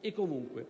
E comunque,